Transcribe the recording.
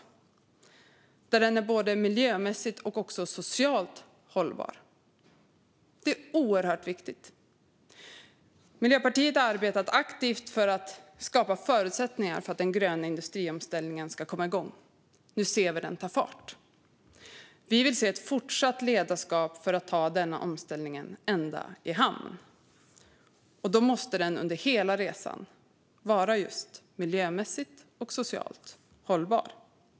Omställningen ska vara både miljömässigt och socialt hållbar. Detta är oerhört viktigt. Miljöpartiet har arbetat aktivt för att skapa förutsättningar för att den gröna industriomställningen ska kunna komma igång. Nu ser vi den ta fart. Vi vill se ett fortsatt ledarskap för att ta denna omställning ända i hamn. Då måste den under hela resan vara just miljömässigt och socialt hållbar.